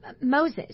Moses